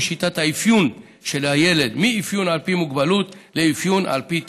שיטת האפיון של הילד מאפיון על פי מוגבלות לאפיון על פי תפקוד.